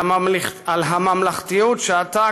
על הממלכתיות שאתה,